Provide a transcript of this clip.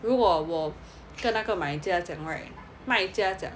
如果我跟那个买家讲 right 跟那个卖家讲